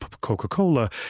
Coca-Cola